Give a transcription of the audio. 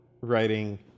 writing